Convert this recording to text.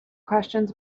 questions